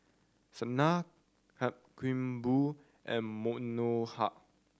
Sanal Mankombu and Manohar